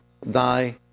thy